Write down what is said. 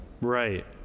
right